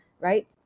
right